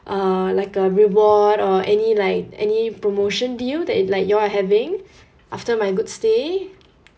uh like a reward or any like any promotion deal that like you all are having after my good stay